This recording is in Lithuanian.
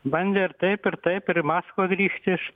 bandė ir taip ir taip ir į maskvą grįžti iš